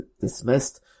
dismissed